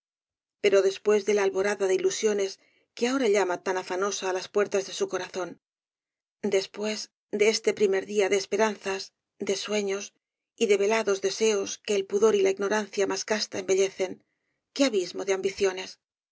pero después de la alborada de ilusiones que ahora llama tan afanosa á las puertas de su corazón después de este primer día de esperanzas de sueños y de velados deseos que el pudor y la ignorancia más casta embellecen qué abismo de ambiciones